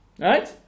right